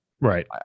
Right